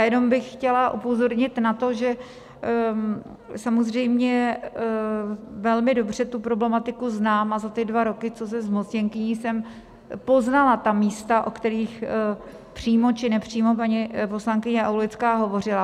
Jenom bych chtěla upozornit na to, že samozřejmě velmi dobře tu problematiku znám a za dva roky, co jsem zmocněnkyní, jsem poznala místa, o kterých přímo či nepřímo paní poslankyně Aulická hovořila.